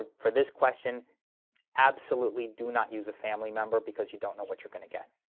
ah for this question absolutely do not use a family member because you don't know what you're gonna get.